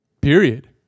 Period